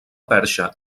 perxa